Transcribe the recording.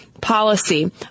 policy